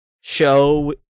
show